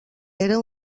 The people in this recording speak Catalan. era